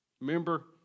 Remember